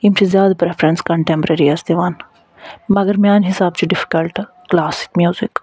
یِم چھِ زیاد پریٚفرَنس کَنٹیٚمپریٚریَس دِوان مگر میانہ حِساب چھُ ڈِفکَلٹ کلاسک میوزِک